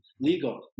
legal